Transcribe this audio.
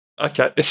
Okay